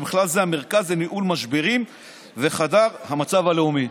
ובכלל זה המרכז לניהול משברים וחדר המצב הלאומי.